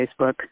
Facebook